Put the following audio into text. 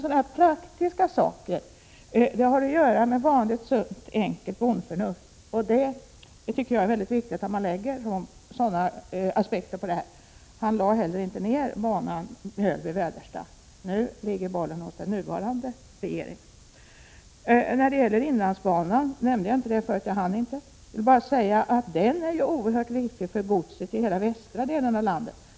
Sådana här praktiska saker har att göra med vanligt sunt, enkelt bondförnuft. Jag tycker att det är väldigt viktigt att man lägger sådana aspekter på de här problemen. Claes Elmstedt lade inte heller ner banan Väderstad — Mjölby. Nu ligger bollen hos den nuvarande regeringen. Inlandsbanan nämnde jag inte förut, för jag hann inte, men den är oerhört viktig för godset i hela västra delen av landet.